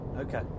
Okay